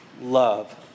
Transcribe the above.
Love